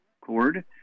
cord